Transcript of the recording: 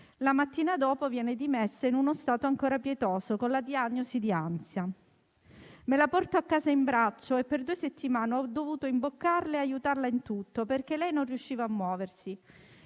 La mattina dopo viene dimessa in uno stato ancora pietoso, con la diagnosi di ansia. La porto a casa in braccio e per due settimane ho dovuto imboccarla e aiutarla in tutto, perché lei non riusciva a muoversi.